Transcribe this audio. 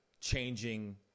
changing